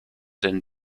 den